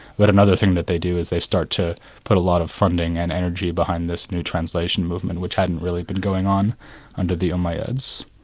but another thing that they do is they start to put a lot of funding and energy behind this new translation movement, which hadn't really been going on under the umayyads.